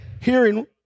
Hearing